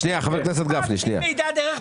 חבר הכנסת גפני --- לא הבנתי מה זה מידע דרך פשקווילים.